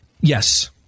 Yes